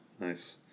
nice